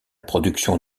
production